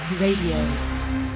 Radio